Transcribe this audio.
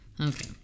Okay